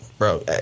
Bro